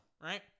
right